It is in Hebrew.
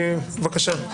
בבקשה.